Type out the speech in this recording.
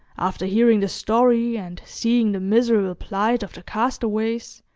after hearing the story, and seeing the miserable plight of the castaways,